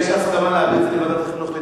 יש הסכמה להעביר את זה לדיון בוועדת החינוך?